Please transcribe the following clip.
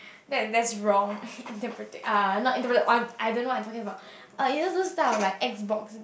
that that's wrong interpreta~ uh not interpreta~ I I don't know what I'm talking about uh isn't those type of like X-box